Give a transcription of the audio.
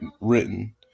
written